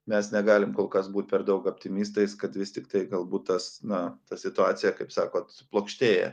mes negalim kol kas būt per daug optimistais kad vis tiktai galbūt tas na ta situacija kaip sakot plokštėja